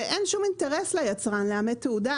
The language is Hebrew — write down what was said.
ואין שום אינטרס ליצרן לאמת תעודה